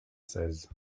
seize